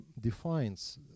defines